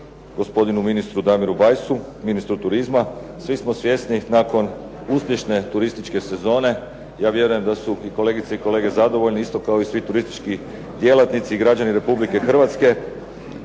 gospodinu ministru Damiru Bajsu ministru turizma. Svi smo svjesni nakon uspješne turističke sezone, ja vjerujem da su i kolege i kolegice zadovoljni isto kao i svi turistički djelatnici i građani Republike Hrvatske,